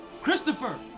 Christopher